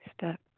step